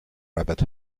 rabbit